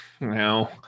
no